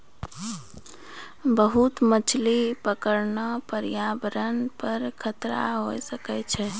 बहुते मछली पकड़ना प्रयावरण पर खतरा होय सकै छै